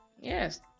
Yes